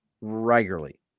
regularly